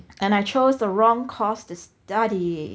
and I chose the wrong course to study